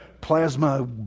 plasma